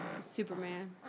Superman